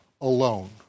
alone